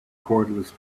cordless